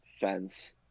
fence